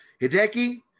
Hideki